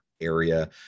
area